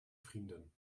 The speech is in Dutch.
vrienden